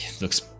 looks